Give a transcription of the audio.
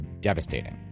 devastating